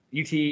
UT